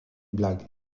blague